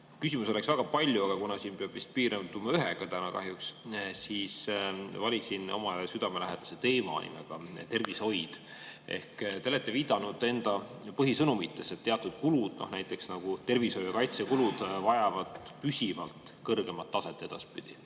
Küsimusi oleks väga palju, aga kuna siin peab vist piirduma ühega täna kahjuks, siis valisin omale südamelähedase teema nimega tervishoid. Te olete viidanud enda põhisõnumites, et teatud kulud, näiteks tervishoiu‑ ja kaitsekulud, vajavad edaspidi püsivalt kõrgemat taset.